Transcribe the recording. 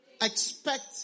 expect